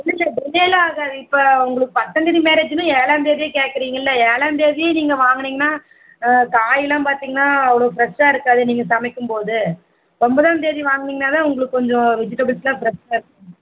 இல்லைல்ல டிலே எல்லாம் ஆகாது இப்போ உங்களுக்கு பத்தாம்தேதி மேரேஜ்ன்னா ஏழாம்தேதியே கேட்கறிங்கள்ல ஏழாம்தேதியே நீங்கள் வாங்கனிங்கனா காயில்லாம் பார்த்திங்கனா அவ்வளோ ஃப்ரெஷ்ஷாக இருக்காது நீங்கள் சமைக்கும் போது ஒம்போதாம்தேதி வாங்குனிங்கன்னா தான் உங்களுக்கு கொஞ்சம் வெஜிடபிள்ஸ் எல்லாம் ஃப்ரெஷ்ஷாக இருக்கும்